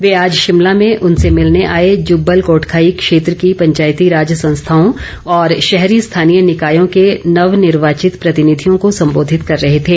वे आज शिमला में उनसे भिलने आए जुब्बल कोटखाई क्षेत्र की पंचायती राज संस्थाओं और शहरी स्थानीय निकायों के नवनिर्वाचित प्रतिनिधियों को संबोधित कर रहे थे